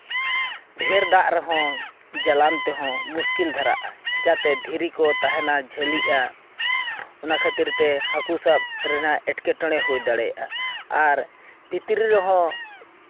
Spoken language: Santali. ᱰᱷᱮᱨ ᱫᱟᱜ ᱨᱮᱦᱚᱸ ᱡᱟᱞᱟᱢ ᱛᱮᱦᱚᱸ ᱢᱩᱥᱠᱤᱞ ᱫᱷᱟᱨᱟᱜᱼᱟ ᱪᱤᱠᱟᱹᱛᱮ ᱫᱷᱤᱨᱤ ᱠᱚ ᱛᱟᱦᱮᱱᱟ ᱡᱷᱟᱹᱞᱤᱜᱼᱟ ᱚᱱᱟ ᱠᱷᱟᱹᱛᱤᱨ ᱛᱮ ᱦᱟᱹᱠᱩ ᱥᱟᱵᱽ ᱨᱮᱱᱟᱜ ᱮᱸᱴᱠᱮᱴᱚᱬᱮ ᱦᱩᱭ ᱫᱟᱲᱮᱭᱟᱜᱼᱟ ᱟᱨ ᱵᱷᱤᱛᱨᱤ ᱨᱮᱦᱚᱸ